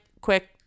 quick